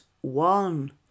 one